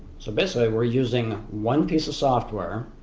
so basically we're using one piece of software,